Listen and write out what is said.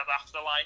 Afterlife